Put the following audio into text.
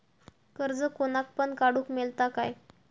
कर्ज कोणाक पण काडूक मेलता काय?